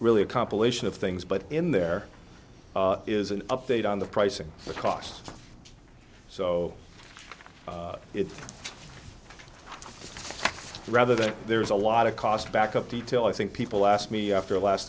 really a compilation of things but in there is an update on the pricing of costs so it's rather that there is a lot of cost backup detail i think people asked me after